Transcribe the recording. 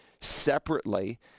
separately